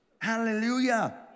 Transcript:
Hallelujah